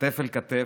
כתף אל כתף,